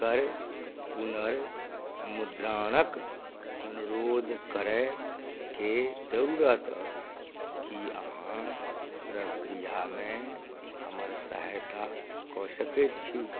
एकर पुनर्मुद्रणक अनुरोध करयके जरूरत अछि की अहाँ प्रक्रियामे हमर सहायता कऽ सकैत छी